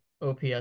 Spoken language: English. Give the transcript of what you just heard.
ops